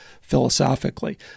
philosophically